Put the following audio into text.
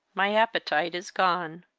my appetite is gone.